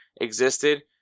existed